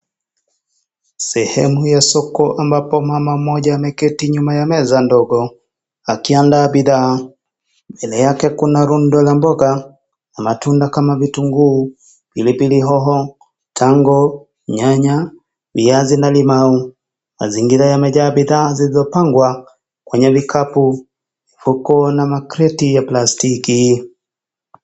Sehemu ya soko ambapo mama moja ameketi nyuma ya meza ndogo, akiandaa bidhaa mbele yake kuna rundo la mboga na matunda kama vitunguu, pilipili hoho, tango, nyanya, viazi na limau, mazingira yamejaa bidhaa zilizopangwa kwenye vikapu huku na makreti ya plastiki.